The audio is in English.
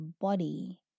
body